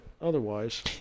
otherwise